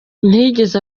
ntiyigeze